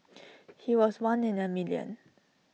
he was one in A million